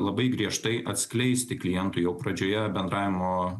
labai griežtai atskleisti klientui jau pradžioje bendravimo